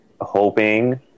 hoping